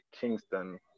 Kingston